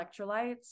electrolytes